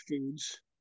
foods